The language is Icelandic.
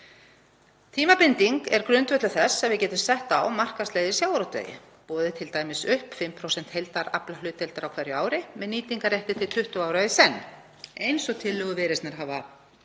Tímabinding er grundvöllur þess að við getum sett á markaðsleið í sjávarútvegi, boðið t.d. upp 5% heildaraflahlutdeildar á hverju ári með nýtingarrétti til 20 ára í senn eins og tillögur Viðreisnar hafa